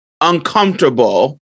uncomfortable